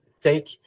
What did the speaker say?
take